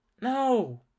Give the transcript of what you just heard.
No